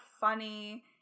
funny